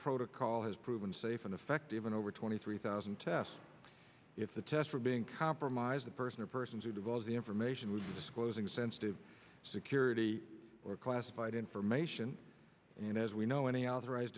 protocol has proven safe and effective in over twenty three thousand tests if the tests are being compromised the person or persons who divulge the information was disclosing sensitive security or classified information and as we know any authorized